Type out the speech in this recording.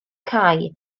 cau